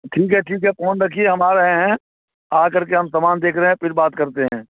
ठीक है ठीक है फ़ोन रखिए हम आ रहें हैं आ कर के हम समान देख रहें फिर बात करते हैं